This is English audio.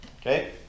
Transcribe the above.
Okay